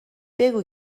بگو